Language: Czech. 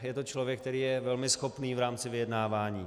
Je to člověk, který je velmi schopný v rámci vyjednávání.